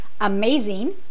amazing